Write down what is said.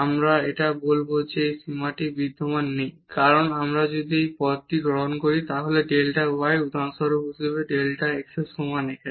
আমরাও বলব যে এই সীমাটি বিদ্যমান নেই কারণ আমরা যদি এই পথটি গ্রহণ করি তাহলে ডেল্টা y উদাহরণস্বরূপ ডেল্টা x এর সমান এখানে